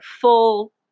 full